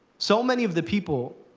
so many of the people